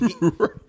right